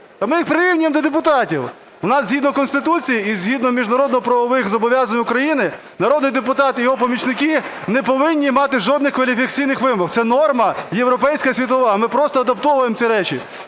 ми їх прирівнюємо до депутатів. В нас згідно Конституції і згідно міжнародно-правових зобов'язань України народний депутат і його помічники не повинні мати жодних кваліфікаційних вимог. Це норма європейська і світова, ми просто адаптовуємо ці речі.